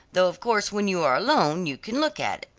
though of course when you are alone you can look at